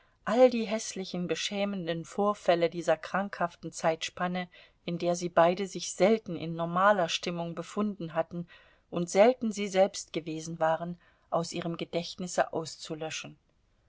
all die häßlichen beschämenden vorfälle dieser krankhaften zeitspanne in der sie beide sich selten in normaler stimmung befunden hatten und selten sie selbst gewesen waren aus ihrem gedächtnisse auszulöschen